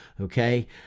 okay